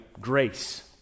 grace